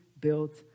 built